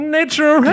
Nature